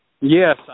Yes